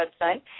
website